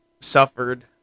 suffered